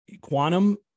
Quantum